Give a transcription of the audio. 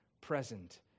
present